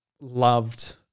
loved